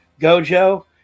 gojo